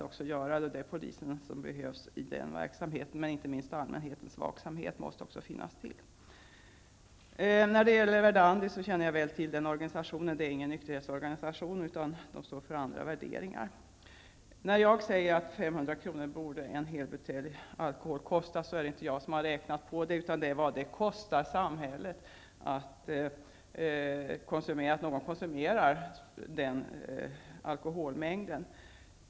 Förutom polisen behövs inte minst allmänhetens vaksamhet. Jag känner väl till Verdandi. Det är ingen nykterhetsorganisation, utan Verdandi står för andra värderingar. Jag har föreslagit att en helbutelj borde kosta 500 kr. Men det är inte jag som har räknat ut det priset, utan det är vad det kostar samhället i sjukvårdskostnader när någon konsumerar denna alkoholmängd.